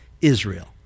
Israel